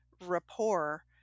rapport